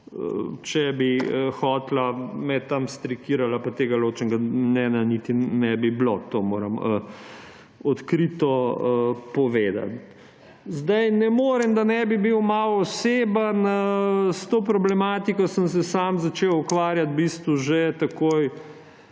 če bi hotela, me tam strikirala pa tega ločenega mnenja niti ne bi bilo. To moram odkrito povedati. Ne morem da ne bi bil malo oseben. S to problematiko sem se sam začel ukvarjati v bistvu že takoj,